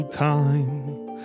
Time